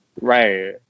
Right